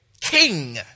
king